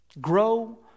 Grow